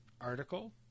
article